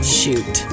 shoot